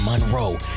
Monroe